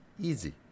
Easy